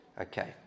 Okay